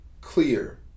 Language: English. clear